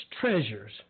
treasures